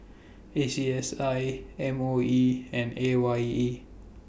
A C S I M O E and A Y E